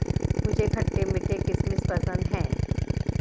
मुझे खट्टे मीठे किशमिश पसंद हैं